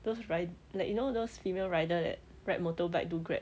those ride~ like you know those female rider that ride motorbike do grab